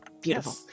Beautiful